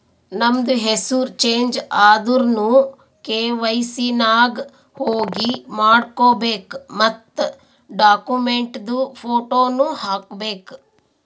ನಮ್ದು ಹೆಸುರ್ ಚೇಂಜ್ ಆದುರ್ನು ಕೆ.ವೈ.ಸಿ ನಾಗ್ ಹೋಗಿ ಮಾಡ್ಕೋಬೇಕ್ ಮತ್ ಡಾಕ್ಯುಮೆಂಟ್ದು ಫೋಟೋನು ಹಾಕಬೇಕ್